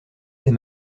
ses